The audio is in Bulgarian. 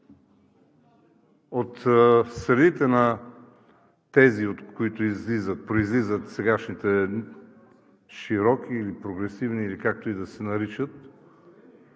От средите на тези, от които произлизат сегашните широки или прогресивни, или както и да се наричат…